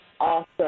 awesome